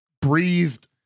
breathed